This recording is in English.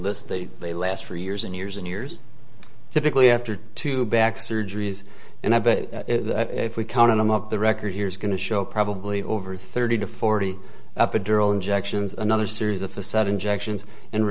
list that they last for years and years and years typically after two back surgeries and i bet if we counted them up the record here is going to show probably over thirty to forty epidural injections another series of facade injections and